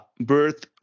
Birth